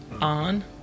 On